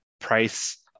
price